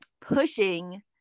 pushing